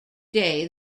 day